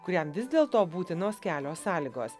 kuriam vis dėlto būtinos kelios sąlygos